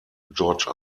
george